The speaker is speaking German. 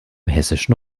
hessischen